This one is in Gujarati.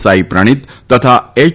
સાઇપ્રણીત તથા એચ